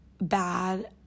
bad